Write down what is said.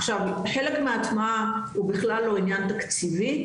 עכשיו חלק מההטמעה הוא בכלל לא עניין תקציבי,